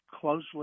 closely